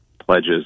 pledges